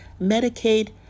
medicaid